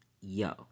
Yo